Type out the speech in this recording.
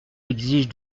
exige